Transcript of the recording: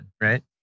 Right